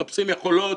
מחפשים יכולות,